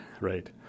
right